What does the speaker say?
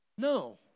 No